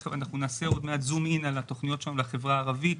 תכף נעשה עוד מעט זום אין על התוכניות שם לחברה הערבית,